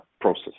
process